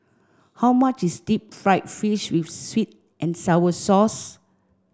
how much is Deep Fried Fish with Sweet and Sour Sauce